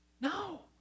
No